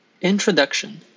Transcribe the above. Introduction